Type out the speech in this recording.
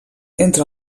entre